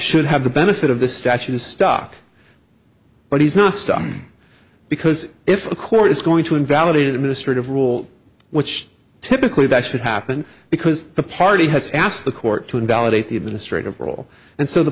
should have the benefit of the statute is stuck but he's not stuck because if a court is going to invalidate administrative rule which typically that should happen because the party has asked the court to invalidate the administrative role and so the